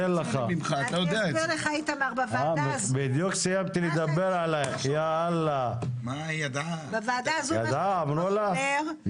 בוועדה הזאת מה שהיושב-ראש אומר זה